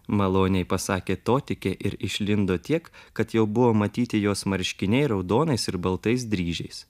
maloniai pasakė totikė ir išlindo tiek kad jau buvo matyti jos marškiniai raudonais ir baltais dryžiais